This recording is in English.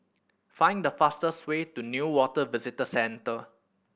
find the fastest way to Newater Visitor Centre